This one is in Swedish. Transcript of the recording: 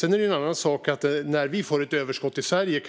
Sedan är det en annan sak att vi givetvis kan dela med oss om vi får ett överskott i Sverige.